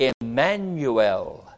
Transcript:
Emmanuel